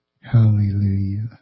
hallelujah